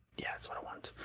yeah, it's what i want.